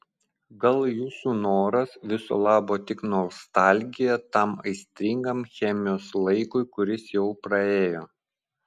gal jūsų noras viso labo tik nostalgija tam aistringam chemijos laikui kuris jau praėjo